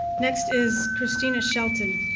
next is christina shelton.